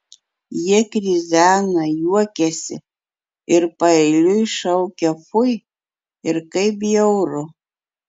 jie krizena juokiasi ir paeiliui šaukia fui ir kaip bjauru